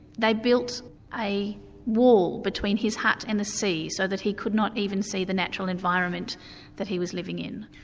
they built a wall between his hut and the sea so that he could not even see the natural environment that he was living in.